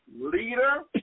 leader